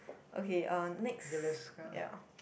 okay um next ya